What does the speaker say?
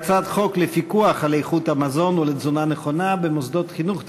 הצעת חוק לפיקוח על איכות המזון ולתזונה נכונה במוסדות חינוך,